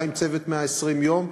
היה עם "צוות 120 הימים",